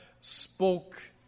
spoke